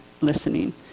listening